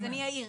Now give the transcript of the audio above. אז אני אאיר.